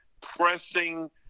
pressing